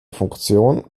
funktion